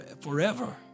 forever